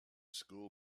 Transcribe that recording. school